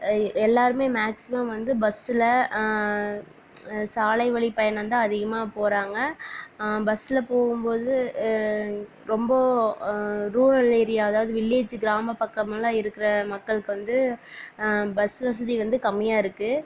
இ எல்லாேருமே மேக்சிமம் வந்து பஸ்ஸில் சாலை வழி பயணம்தான் அதிகமாக போகிறாங்க பஸ்ஸில் போகும் போது ரொம்ப ரூரல் ஏரியா அதாவது வில்லேஜு கிராம பக்கமெல்லாம் இருக்கிற மக்களுக்கு வந்து பஸ்ஸு வசதி வந்து கம்மியாக இருக்குது